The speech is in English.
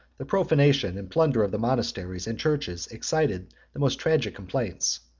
the profanation and plunder of the monasteries and churches excited the most tragic complaints.